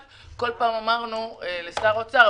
אמרנו לשר האוצר,